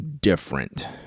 different